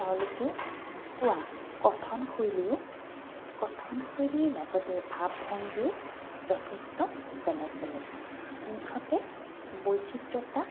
তেওঁলোকে কোৱা কঠনশৈলীও কঠনশৈলীৰ লগতে ভাৱ ভংগীও যথেষ্ট বেলেগ বেলেগ মুঠতে বৈচিত্ৰতা